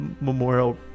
Memorial